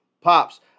Pops